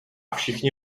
všichni